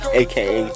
aka